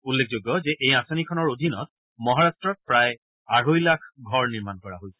উল্লেখযোগ্য যে এই আঁচনিখনৰ অধীনত মহাৰাট্টত প্ৰায় আঢ়ৈলাখ ঘৰ নিৰ্মাণ কৰা হৈছে